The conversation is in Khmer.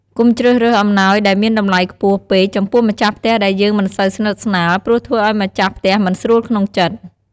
កុំជ្រើសរើសអំណោយដែលមានតម្លៃខ្ពស់ពេកចំពោះម្ចាស់ផ្ទះដែលយើងមិនសូវស្និតស្នាលព្រោះធ្វើឲ្យម្ចាស់ ផ្ទះមិនស្រួលក្នុងចិត្ត។